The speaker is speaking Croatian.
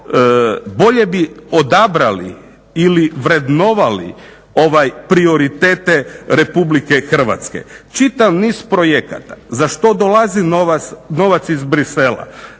bolje bi odabrali ili vrednovali prioritete Republike Hrvatske. Čitav niz projekata za što dolazi novac iz Bruxellesa